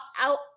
out